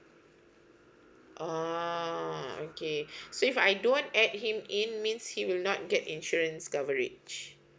oh okay so if I don't add him in means he will not get insurance coverage